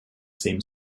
same